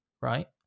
Right